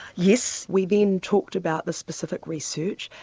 yes, we then talked about the specific research,